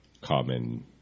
common